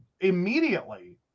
immediately